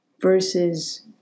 versus